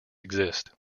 exist